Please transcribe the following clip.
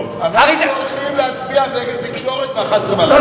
אנחנו הולכים להצביע נגד התקשורת ב-23:00.